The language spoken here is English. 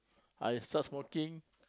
I start smoking